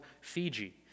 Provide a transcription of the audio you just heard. Fiji